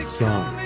song